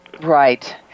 Right